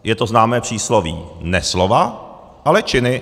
Je to známé přísloví: Ne slova, ale činy!